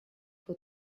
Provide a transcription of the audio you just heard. who